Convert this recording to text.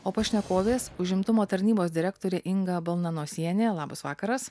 o pašnekovės užimtumo tarnybos direktorė inga balnanosienė labas vakaras